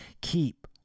Keep